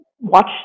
watch